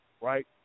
right